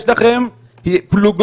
יש לכם פלוגות,